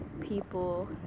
people